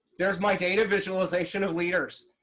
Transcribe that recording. there's my data visualization of leaders.